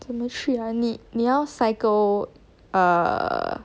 怎么去呀你要 cycle err